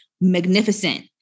magnificent